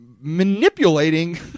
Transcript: manipulating